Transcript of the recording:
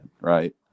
Right